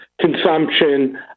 consumption